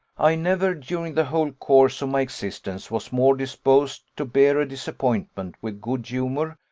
i never, during the whole course of my existence, was more disposed to bear a disappointment with good humour,